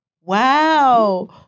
Wow